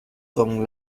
con